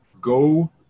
go